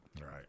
Right